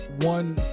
one